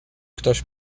ktoś